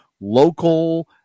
local